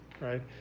right